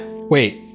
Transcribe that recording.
Wait